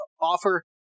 offer